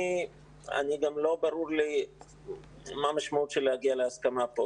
גם לא ברור לי מה המשמעות של להגיע להסכמה כאן.